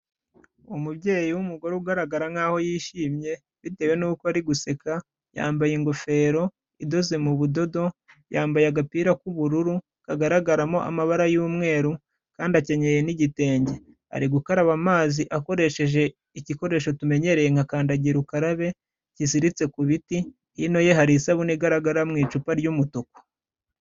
Umubyeyi w'umugore ugaragara nk'aho yishimye bitewe n'uko ari guseka, yambaye ingofero idoze mu budodo, yambaye agapira k'ubururu kagaragaramo amabara y'umweru kandi akenyeye n'igitenge. Ari gukaraba amazi akoresheje igikoresho tumenyereye nka kandagira ukarabe, kiziritse ku biti, hino ye hari isabune igaragara mu icupa ry'umutuku.